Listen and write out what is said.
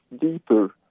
deeper